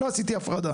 לא עשיתי הפרדה.